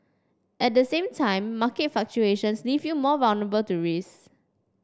at the same time market fluctuations leave you more vulnerable to risk